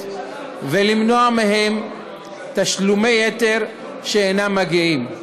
ולמנוע מהם תשלומי יתר שאינם מגיעים.